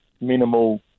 minimal